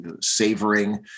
savoring